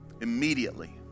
immediately